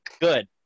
good